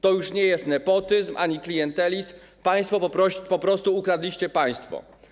To już nie jest nepotyzm ani klientelizm, państwo po prostu ukradliście państwo.